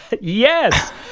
Yes